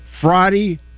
Friday